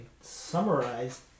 summarize